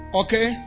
okay